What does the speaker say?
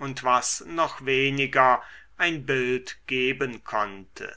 und was noch weniger ein bild geben konnte